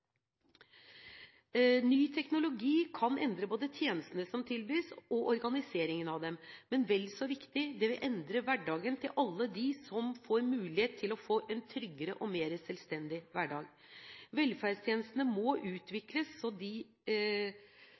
Ny teknologi kan endre tjenestene som tilbys, og organiseringen av dem, men vel så viktig er at det vil endre hverdagen til alle dem som får mulighet til få en tryggere og mer selvstendig hverdag. Velferdstjenestene må utvikles slik at de